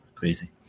crazy